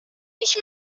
ich